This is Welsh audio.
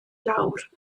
lawr